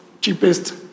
cheapest